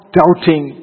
doubting